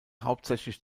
hauptsächlich